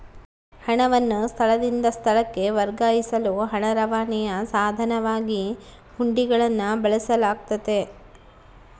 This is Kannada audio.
ಹಣವನ್ನು ಸ್ಥಳದಿಂದ ಸ್ಥಳಕ್ಕೆ ವರ್ಗಾಯಿಸಲು ಹಣ ರವಾನೆಯ ಸಾಧನವಾಗಿ ಹುಂಡಿಗಳನ್ನು ಬಳಸಲಾಗ್ತತೆ